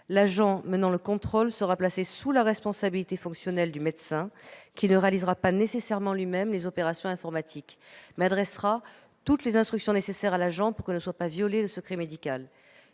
l'agent menant le contrôle sera placé sous la responsabilité fonctionnelle du médecin, qui ne réalisera pas nécessairement lui-même les opérations informatiques, mais adressera toutes les instructions nécessaires à l'agent pour que ne soit pas violé le secret médical